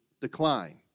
decline